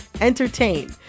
entertain